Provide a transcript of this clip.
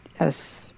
Yes